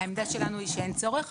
העמדה שלנו היא שאין צורך.